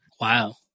Wow